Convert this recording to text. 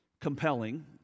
compelling